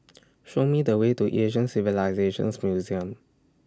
Show Me The Way to Asian Civilisations Museum